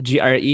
GRE